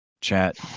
Chat